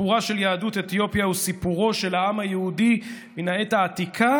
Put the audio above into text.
סיפורה של יהדות אתיופיה הוא סיפורו של העם היהודי מן העת העתיקה